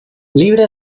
libra